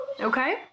Okay